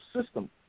system